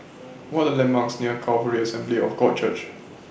What Are The landmarks near Calvary Assembly of God Church